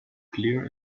clear